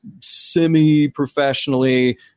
semi-professionally